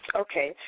Okay